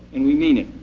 and we mean it,